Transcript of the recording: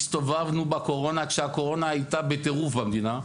הסתובבנו בקורונה עד שהקורונה הייתה בטירוף במדינה,